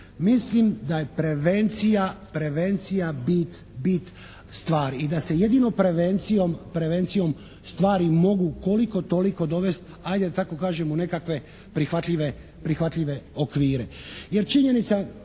Mislim da je prevencija bit stvari i da se jedino prevencijom stvari mogu koliko-toliko dovesti, ajde da tako kažem, u nekakve prihvatljive okvire.